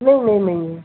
नहीं नहीं नहीं है